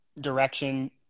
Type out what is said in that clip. direction